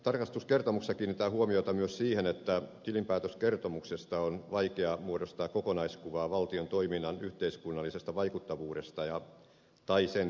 tarkastuskertomuksessa kiinnitetään huomiota myös siihen että tilinpäätöskertomuksesta on vaikea muodostaa kokonaiskuvaa valtion toiminnan yhteiskunnallisesta vaikuttavuudesta tai sen kehittymisestä